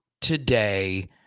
today